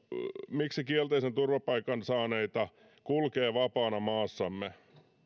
miksi kielteisen turvapaikkapäätöksen saaneita kulkee vapaana maassamme